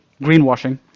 greenwashing